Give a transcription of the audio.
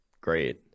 great